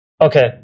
okay